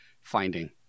finding –